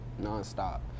nonstop